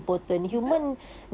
betul